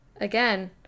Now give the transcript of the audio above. Again